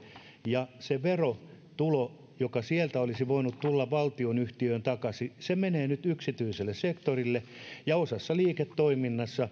ja se verotulo joka sieltä olisi voinut tulla valtionyhtiöön takaisin menee nyt yksityiselle sektorille ja osassa liiketoimintaa